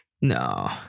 No